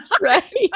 Right